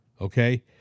Okay